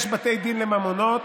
יש בתי דין לממונות,